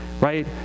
right